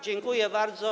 Dziękuję bardzo.